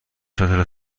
شاتل